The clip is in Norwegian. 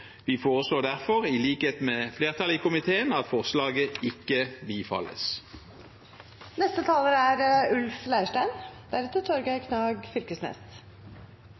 Vi foreslår derfor, i likhet med flertallet i komiteen, at forslaget ikke